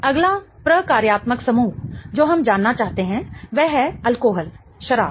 अगला प्रकार्यात्मक समूह जो हम जानना चाहते हैं वह है अल्कोहल शराब